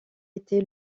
été